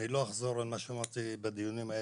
אני לא אחזור על מה שאמרתי באותם דיונים.